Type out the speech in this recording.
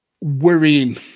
worrying